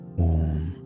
warm